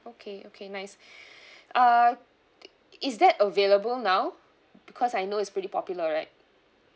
okay okay nice uh it is that available now because I know it's pretty popular right